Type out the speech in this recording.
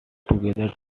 together